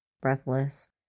breathless